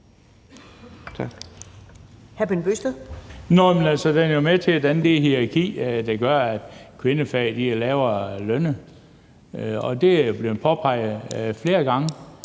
den er jo med til at danne det hierarki, der gør, at kvindefag er lavere lønnede. Det er blevet påpeget flere gange.